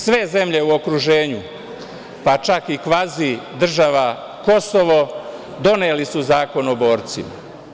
Sve zemlje u okruženju, pak čak i kvazi država Kosovo doneli su zakon o borcima.